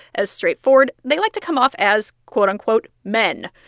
as straightforward. they like to come off as, quote, unquote, men.